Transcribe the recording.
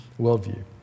worldview